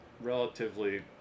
relatively